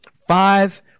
five